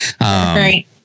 Right